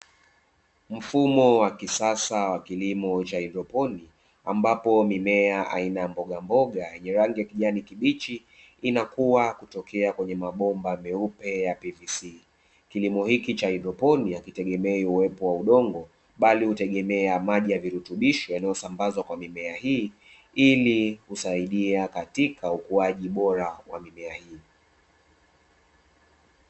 Mfumo wa kisasa wa kilimo cha haidroponi ambapo mimea aina ya mboga mboga yenye rangi ya kijani kibichi inakua kutokea kwenye mabomba meupe ya "PVC", kilimo hichi cha haidroponi hakitegemei uwepo wa udongo bali hutegemea maji ya virutubisho yanayosambazwa kwa mimea, hii ili kusaidia katika ukuaji bora wa mimea hii.